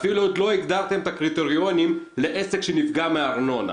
עוד לא הגדרתם את הקריטריונים לעסק שנפגע מארנונה